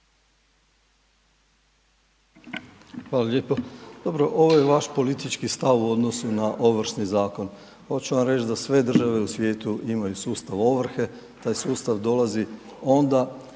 Hvala lijepo. Dobro, ovo je vaš politički stav u odnosu na Ovršni zakon. Ja ću vam reći da sve države u svijetu imaju sustav ovrhe, taj sustav dolazi onda